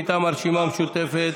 מטעם הרשימה המשותפת.